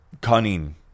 cunning